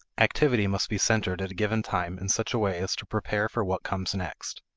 activity must be centered at a given time in such a way as to prepare for what comes next.